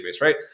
right